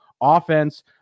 offense